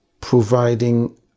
providing